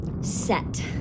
Set